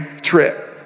trip